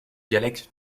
dialecte